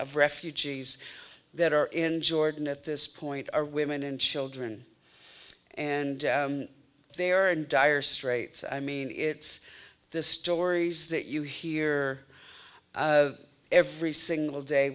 of refugees that are in jordan at this point are women and children and they are in dire straits i mean it's the stories that you hear every single day